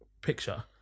picture